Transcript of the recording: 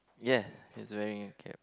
yeah he's wearing a cap